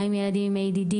גם אם ילדים עם ADD,